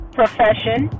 profession